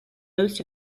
most